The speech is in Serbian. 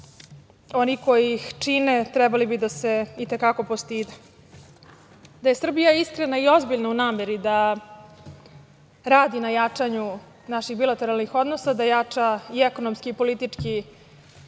oni koji ih čine trebalo bi da se i te kako postide. Da je Srbija iskrena i ozbiljna u nameri da radi na jačanju naših bilateralnih odnosa, da jača i ekonomski i politički